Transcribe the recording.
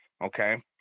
Okay